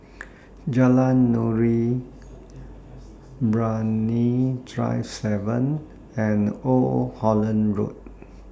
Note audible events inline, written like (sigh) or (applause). (noise) Jalan Nuri Brani Drive seven and Old Holland Road